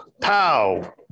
pow